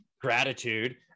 gratitude